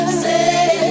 say